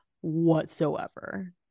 whatsoever